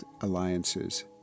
alliances